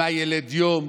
מה ילד יום.